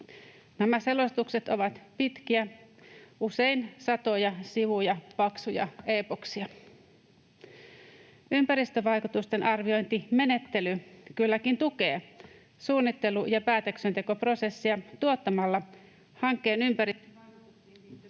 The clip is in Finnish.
Nämä selostukset ovat pitkiä, usein satoja sivuja paksuja eepoksia. Ympäristövaikutusten arviointimenettely kylläkin tukee suunnittelu- ja päätöksentekoprosessia tuottamalla hankkeen ympärille...